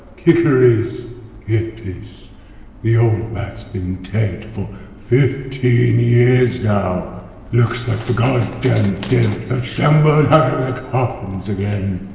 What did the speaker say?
kicker is get this the old bat's been dead for fifteen years now looks like the goddamned death again!